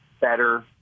better